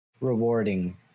rewarding